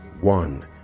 one